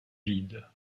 vide